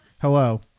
hello